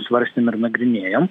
svarstėm ir nagrinėjom